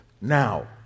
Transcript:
now